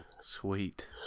Sweet